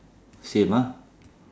same ah